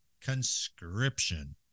conscription